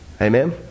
Amen